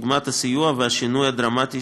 דוגמת הסיוע והשינוי הדרמטי